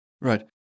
Right